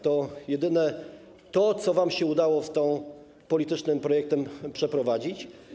To jedyne, co wam się udało tym politycznym projektem przeprowadzić.